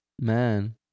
Man